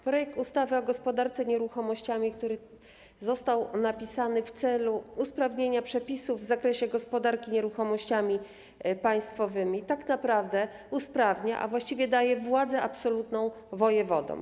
Projekt ustawy o zmianie ustawy o gospodarce nieruchomościami, który został napisany w celu usprawnienia przepisów w zakresie gospodarki nieruchomościami państwowymi, tak naprawdę usprawnia, a właściwie daje władzę absolutną wojewodom.